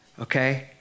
Okay